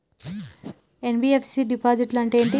NBFC డిపాజిట్లను అంటే ఏంటి?